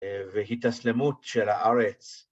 והתאסלמות של הארץ.